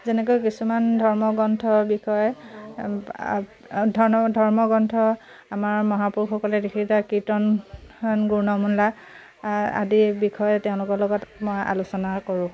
যেনেকৈ কিছুমান ধৰ্মগ্ৰন্থৰ বিষয়ে ধৰণৰ ধৰ্মগ্ৰন্থ আমাৰ মহাপুৰুষসকলে লিখি দিয়া কীৰ্তন গুণমালা আদিৰ বিষয়ে তেওঁলোকৰ লগত মই আলোচনা কৰোঁ